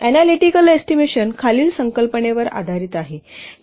analytical estimation खालील संकल्पनेवर आधारित आहे